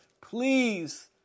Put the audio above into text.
please